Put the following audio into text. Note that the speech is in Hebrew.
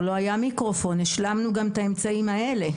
לא היה מיקרופון השלמנו גם את האמצעים האלה.